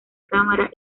cámara